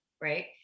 Right